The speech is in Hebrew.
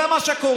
זה מה שקורה.